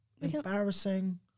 Embarrassing